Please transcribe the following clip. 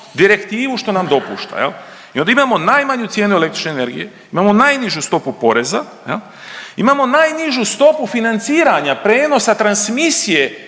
direktivu što nam dopušta i onda imamo najmanju cijenu električne energije, imamo najnižu stopu poreza, imamo najnižu stopu financiranja prenosa transmisije